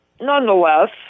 Nonetheless